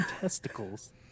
testicles